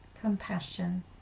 Compassion